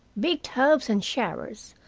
big tubs and showers,